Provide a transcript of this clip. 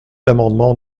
l’amendement